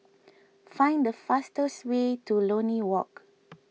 find the fastest way to Lornie Walk